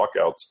walkouts